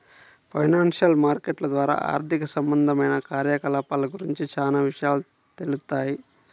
financial మార్కెట్ల ద్వారా ఆర్థిక సంబంధమైన కార్యకలాపాల గురించి చానా విషయాలు తెలుత్తాయి